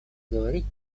говорить